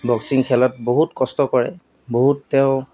boxing খেলত বহুত কষ্ট কৰে বহুত তেওঁ